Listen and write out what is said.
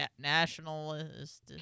nationalist